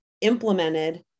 implemented